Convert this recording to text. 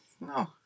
No